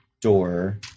door